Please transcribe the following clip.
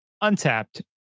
untapped